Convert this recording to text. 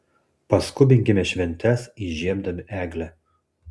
paskubinkime šventes įžiebdami eglę